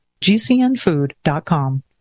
Gcnfood.com